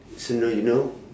so now you know